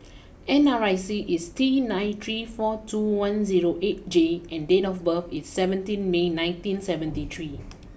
N R I C is T nine three four two one zero eight J and date of birth is seventeen May nineteen seventy three